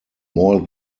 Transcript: more